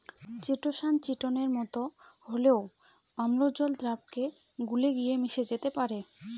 chitosan চিটোনের মতো হলেও অম্ল জল দ্রাবকে গুলে গিয়ে মিশে যেতে পারে